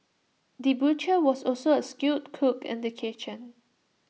the butcher was also A skilled cook in the kitchen